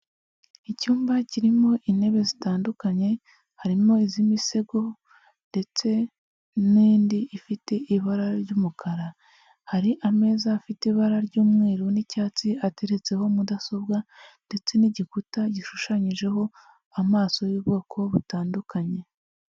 Icyumba kirimo intebe zitandukanye, harimo iz'imisego ndetse n'indi ifite ibara ry'umukara. Hari ameza afite ibara ry'umweru n'icyatsi ateretseho mudasobwa ndetse n'igikuta gishushanyijeho amaso y'ubwoko butandukanye.